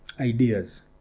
Ideas